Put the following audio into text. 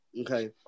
Okay